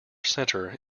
centre